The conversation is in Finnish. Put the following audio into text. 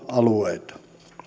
alueita